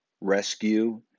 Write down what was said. rescue